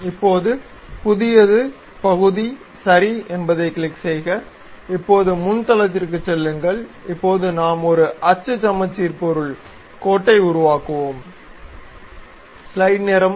இப்போது புதியது பகுதி சரி என்பதைக் கிளிக் செய்க இப்போது முன் தளத்திற்குச் செல்லுங்கள் இப்போது நாம் ஒரு அச்சு சமச்சீர் பொருள் கோட்டை உருவாக்குவோம்